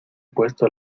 puesto